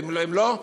ואם לא,